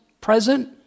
present